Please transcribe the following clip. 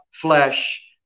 flesh